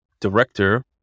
director